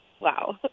Wow